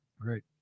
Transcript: Great